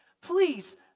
Please